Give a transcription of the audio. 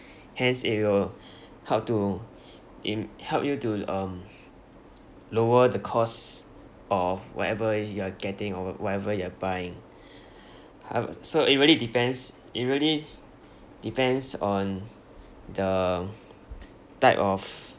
hence it will help to im~ help you to l~ um lower the costs of whatever you are getting or wha~ whatever you are buying ho~ so it really depends it really depends on the type of